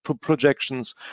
projections